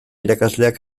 irakasleak